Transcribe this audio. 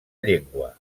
llengua